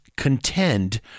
contend